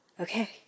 Okay